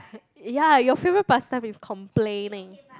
ya your favourite past time is complaining